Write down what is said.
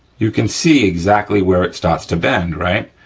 you can see exactly where it starts to bend, right?